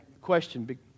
question